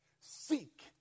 seek